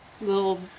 little